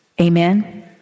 Amen